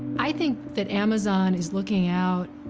i think that amazon is looking out,